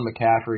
McCaffrey